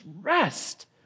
rest